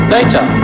Later